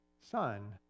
son